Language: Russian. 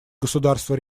государства